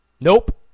nope